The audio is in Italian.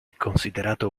considerato